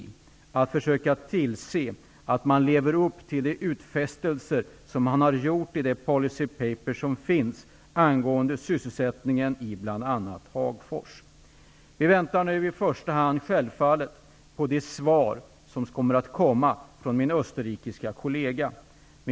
Vi kommer att försöka tillse att man lever upp till de utfästelser som man har gjort i det policy-paper som finns angående sysselsättningen i bl.a. Hagfors. Vi väntar självfallet i första hand på det svar som kommer från min österrikiske kollega.